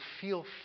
feel